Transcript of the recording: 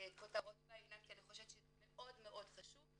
כותרות בעניין כי אני חושבת שזה מאוד חשוב,